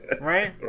right